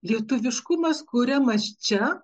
lietuviškumas kuriamas čia